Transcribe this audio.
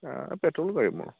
petrol গাড়ী মোৰ